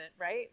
right